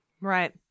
Right